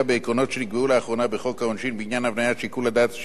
לאחרונה בחוק העונשין בעניין הבניית שיקול הדעת השיפוטי בענישה,